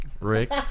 Rick